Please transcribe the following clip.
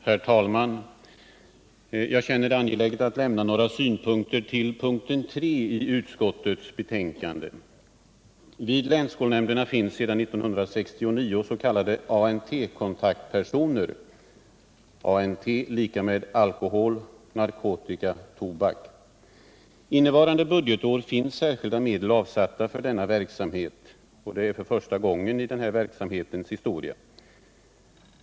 Herr talman! Jag känner det angeläget att lämna några synpunkter till punkten 3 i utskottets betänkande. Vid länsskolnämnderna finns sedan 1969 s.k. ANT-kontaktpersoner — ANT står för alkohol, narkotika och tobak. Innevarande budgetår finns särskilda medel avsatta för denna verksamhet, och det är första gången i denna verksamhets historia.